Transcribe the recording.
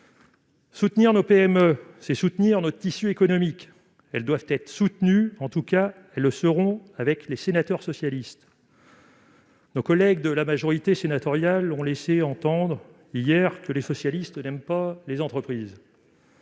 Soutenir ces dernières, c'est soutenir notre tissu économique. Elles doivent être défendues, et elles le seront par les sénateurs socialistes. Nos collègues de la majorité sénatoriale ont laissé entendre, hier, que les socialistes n'aimaient pas les entreprises.